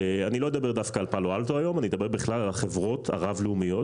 אני לא אדבר על פאלו אלטו אלא אני אדבר בכלל על החברות הרב לאומיות.